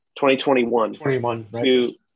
2021